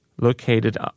located